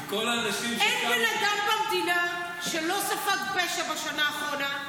אין בן אדם במדינה שלא ספג פשע בשנה האחרונה.